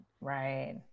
Right